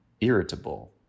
irritable